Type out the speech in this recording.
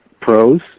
pros